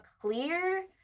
clear